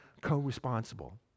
co-responsible